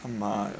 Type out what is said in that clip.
my